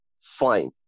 fine